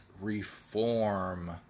reform